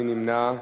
מי נמנע?